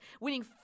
winning